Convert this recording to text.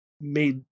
made